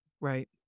Right